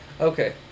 okay